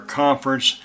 conference